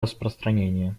распространения